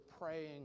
praying